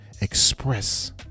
express